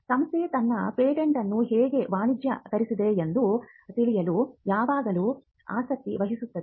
ಸಂಸ್ಥೆ ತನ್ನ ಪೇಟೆಂಟ್ ಅನ್ನು ಹೇಗೆ ವಾಣಿಜ್ಯೀಕರಿಸಿದೆ ಎಂದು ತಿಳಿಯಲು ಯಾವಾಗಲೂ ಆಸಕ್ತಿ ವಹಿಸುತ್ತದೆ